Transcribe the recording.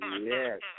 Yes